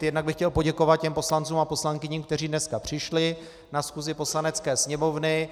Jednak bych chtěl poděkovat těm poslancům a poslankyním, kteří dneska přišli na schůzi Poslanecké sněmovny.